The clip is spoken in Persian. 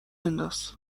بنداز